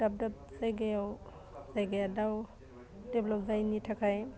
दाब दाब जायगायाव जायगाया दाव देभलाब जायैनि थाखाय